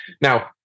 now